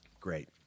Great